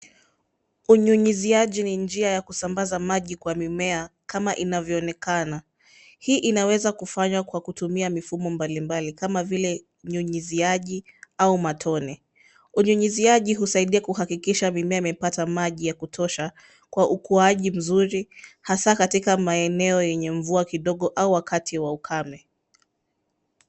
Unyunyiziaji ni njia ya kusambaza maji kwa mimea kama inavyonekana. Hii inaweza kufanywa kwa kutumia mifumo mbalimbali kama vile kunyunyizia au matone. Unyunyiziaji husaidia kuhakikisha mimea inapata maji ya kutosha kwa ukuaji mzuri, hasa katika maeneo ya mvua kidogo au wakati wa ukame.